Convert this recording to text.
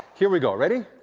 here we go, ready?